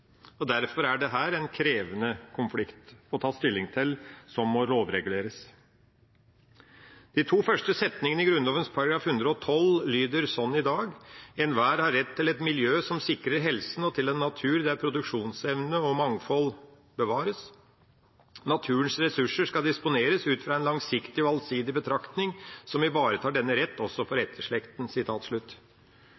Derfor er dette en krevende konflikt å ta stilling til, som må lovreguleres. De to første setningene i Grunnloven § 112 lyder slik i dag: «Enhver har rett til et miljø som sikrer helsen, og til en natur der produksjonsevne og mangfold bevares. Naturens ressurser skal disponeres ut fra en langsiktig og allsidig betraktning som ivaretar denne rett også for